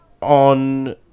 on